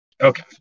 Okay